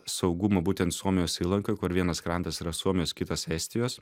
saugumą būtent suomijos įlankoj kur vienas krantas yra suomijos kitas estijos